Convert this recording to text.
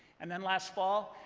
and then, last fall,